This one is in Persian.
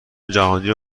جهانیو